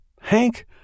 Hank